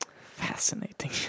fascinating